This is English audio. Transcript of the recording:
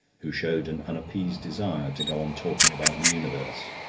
who showed an unappeased desire to go on talking about the universe.